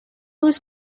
was